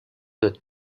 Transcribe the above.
that